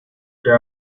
there